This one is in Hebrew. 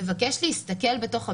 מבקש להסתכל בתוך הבית,